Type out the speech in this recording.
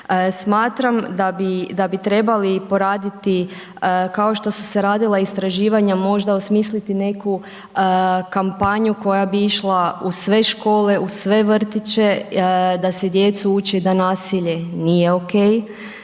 Smatram da bi trebali poraditi kao što su se radila istraživanja, možda osmisliti neku kampanju, koja bi išla u sve škole, u sve vrtiće, da se djecu ući da nasilje nije ok,